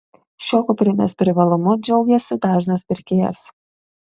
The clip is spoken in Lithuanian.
šiuo kuprinės privalumu džiaugiasi dažnas pirkėjas